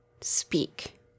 speak